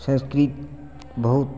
संस्कृत बहुत